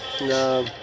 No